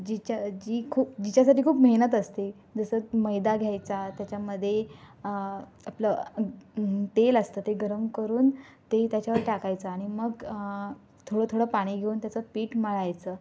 जिच्या जी खु जिच्यासाठी खूप मेहनत असते जसं मैदा घ्यायचा त्याच्यामध्ये आपलं तेल असतं ते गरम करून ते त्याच्यावर टाकायचं आणि मग थोडं थोडं पाणी घेऊन त्याचं पीठ मळायचं